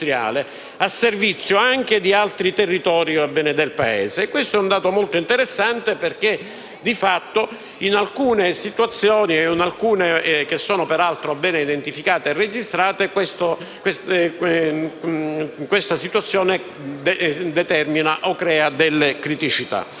al servizio anche di altri territori del Paese. Questo è un dato molto interessante, perché di fatto in alcuni casi, che sono peraltro ben identificati e registrati, questa situazione determina o crea delle criticità.